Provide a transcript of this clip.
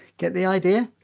get the idea?